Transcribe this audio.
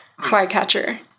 flycatcher